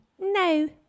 No